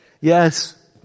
yes